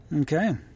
Okay